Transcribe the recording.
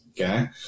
Okay